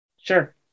Sure